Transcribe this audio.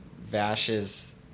Vash's